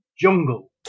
Jungle